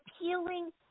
appealing